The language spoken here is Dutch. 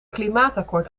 klimaatakkoord